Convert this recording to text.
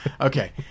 Okay